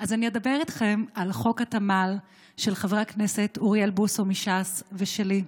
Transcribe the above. אז אני אדבר איתכם על חוק התמ"ל של חבר הכנסת אוריאל בוסו מש"ס ושלי,